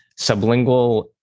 sublingual